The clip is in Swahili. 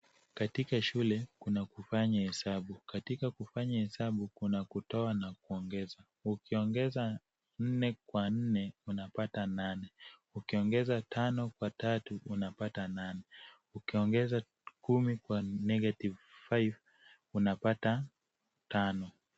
Katika shule, kuna kufanya hesabu. Katika kufanya hesabu kuna kutoa na kuongeza. Ukiongeza nne kwa nne unapata nane, ukiongeza tano kwa tatu unapata nane, ukiongeza kumi kwa negative five unapata tano.